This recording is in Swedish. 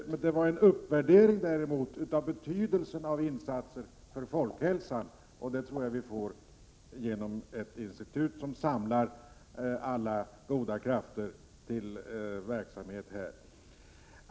Däremot gjorde jag en uppvärdering av betydelsen av insatser för folkhälsan. Sådana insatser kan göras genom ett institut som samlar alla goda krafter för verksamheten på detta område.